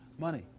money